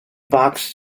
boxed